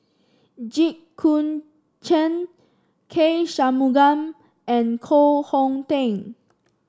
Jit Koon Ch'ng K Shanmugam and Koh Hong Teng